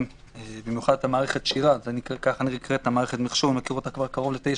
קרוב ל-9